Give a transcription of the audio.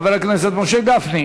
חבר הכנסת משה גפני,